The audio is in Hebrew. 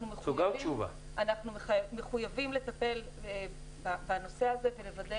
אנחנו מחויבים לטפל בנושא הזה ולוודא